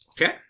Okay